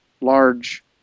large